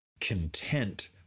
content